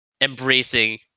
embracing